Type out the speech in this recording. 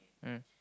mm